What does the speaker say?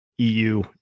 EU